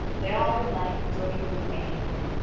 they all alike join in thanking him,